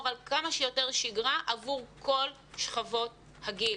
על כמה שיותר שגרה עבור כל שכבות הגיל.